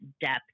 depth